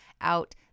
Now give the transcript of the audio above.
out